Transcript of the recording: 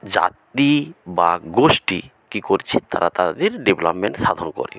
জাতি বা গোষ্টী কী করছে তারা তাদের ডেভেলপমেন্ট সাধন করে